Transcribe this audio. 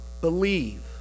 believe